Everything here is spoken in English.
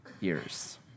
years